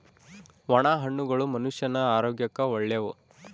ಒಣ ಹಣ್ಣುಗಳು ಮನುಷ್ಯನ ಆರೋಗ್ಯಕ್ಕ ಒಳ್ಳೆವು